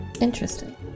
interesting